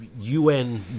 UN